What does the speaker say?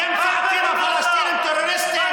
אתם צועקים: הפלסטינים טרוריסטים?